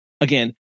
again